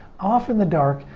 off in the dark,